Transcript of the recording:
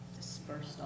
Dispersed